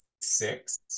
six